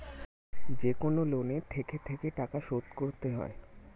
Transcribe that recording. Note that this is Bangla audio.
যেকনো লোনে থেকে থেকে টাকা শোধ করতে হয়